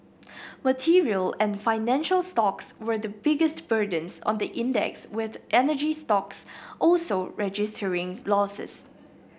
material and financial stocks were the biggest burdens on the index with energy stocks also registering losses